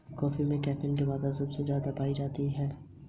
Bank खाते का balance online कैसे चेक करें?